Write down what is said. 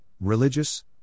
religious